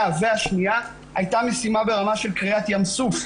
והשנייה הייתה משימה ברמה של קריעת ים סוף.